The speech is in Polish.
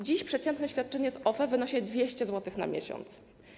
Dziś przeciętne świadczenie z OFE wynosi 200 zł na miesiąc.